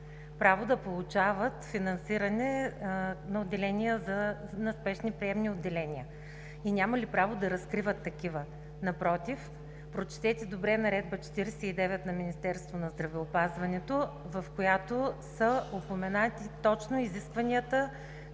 право да получават финансиране на спешни приемни отделения и нямали право да разкриват такива. Напротив, прочетете Наредба 49 на Министерството на здравеопазването, в която са упоменати точно изискванията